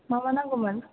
मा मा नांगौमोन